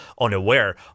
unaware